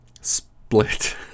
split